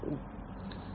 വ്യവസായം